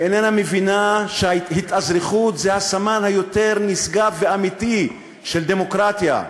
ואיננה מבינה שהתאזרחות זה הסמן היותר נשגב ואמיתי של דמוקרטיה,